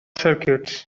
circuits